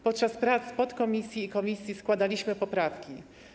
Podczas prac podkomisji i komisji składaliśmy poprawki.